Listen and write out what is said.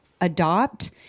adopt